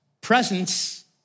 presence